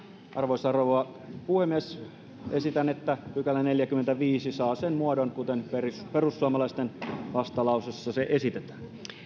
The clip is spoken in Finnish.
arvoisa rouva puhemies esitän että neljäskymmenesviides pykälä saa sen muodon kuten perussuomalaisten vastalauseessa se esitetään